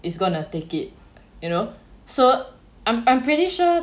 is gonna take it you know so I'm I'm pretty sure